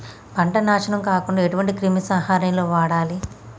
పంట నాశనం కాకుండా ఎటువంటి క్రిమి సంహారిణిలు వాడాలి?